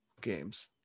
games